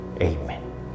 Amen